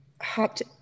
hopped